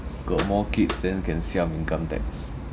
got more kids then can siam income tax